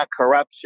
corruption